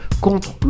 contre